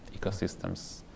ecosystems